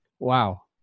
Wow